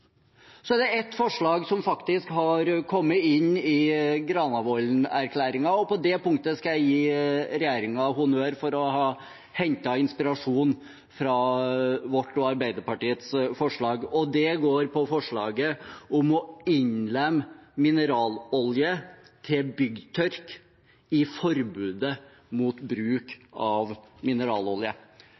forslag har faktisk kommet inn i Granavolden-plattformen, og på det punktet skal jeg gi regjeringen honnør for å ha hentet inspirasjon fra vårt og Arbeiderpartiets forslag. Det går på forslaget om å innlemme mineralolje til byggtørk i forbudet mot bruk av mineralolje.